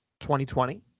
2020